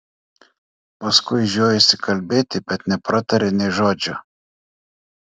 paskui žiojosi kalbėti bet nepratarė nė žodžio